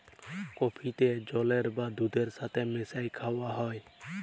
কফিকে জলের বা দুহুদের ছাথে মিশাঁয় খাউয়া হ্যয়